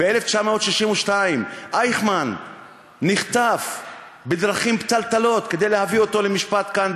ב-1962 אייכמן נחטף בדרכים פתלתלות כדי להביא אותו למשפט כאן,